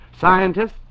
Scientists